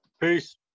Peace